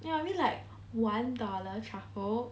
ya I mean like one dollar truffle